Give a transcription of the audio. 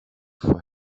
for